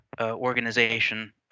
organization